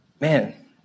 Man